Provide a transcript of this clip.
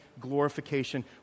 glorification